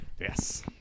Yes